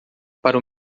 para